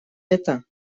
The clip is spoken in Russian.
это